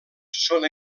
són